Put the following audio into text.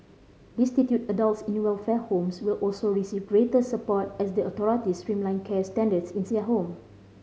destitute adults in the welfare homes will also receive greater support as the authorities streamline care standards in there home